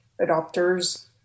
adopters